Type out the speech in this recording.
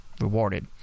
rewarded